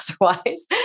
otherwise